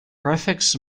prefix